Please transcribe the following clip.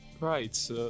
Right